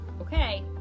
Okay